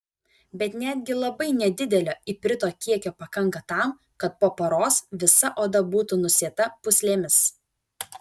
bet netgi labai nedidelio iprito kiekio pakanka tam kad po paros visa oda būtų nusėta pūslėmis